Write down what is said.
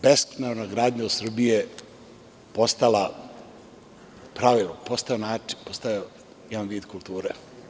Bespravna gradnja u Srbiji je postala pravilo, postala način, postala jedan vid kulture.